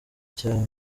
cya